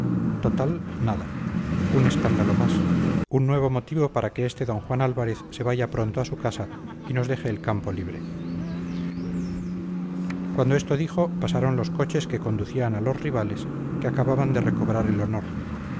total nada un escándalo más un nuevo motivo para que este d juan álvarez se vaya pronto a su casa y nos deje el campo libre cuando esto dijo pasaron los coches que conducían a los rivales que acababan de recobrar el honor